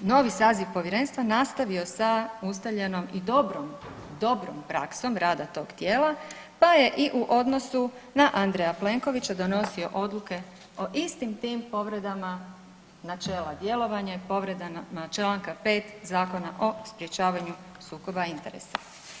novi saziv povjerenstva nastavio sa ustaljenom i dobrom, dobrom praksom rada tog tijela, pa je i u odnosu na Andreja Plenkovića donosio odluke o istim tim povredama načela djelovanja i povredama Članka 5. Zakona o sprječavanju sukoba interesa.